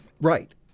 Right